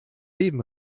leben